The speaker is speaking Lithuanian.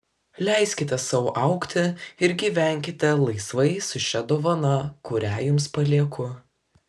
leiskite sau augti ir gyvenkite laisvai su šia dovana kurią jums palieku